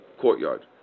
courtyard